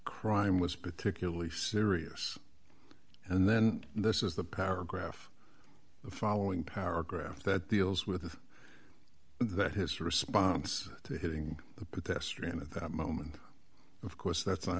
crime was particularly serious and then this is the paragraph following paragraph that deals with that his response to hitting the pedestrian at that moment of course that's